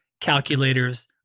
calculators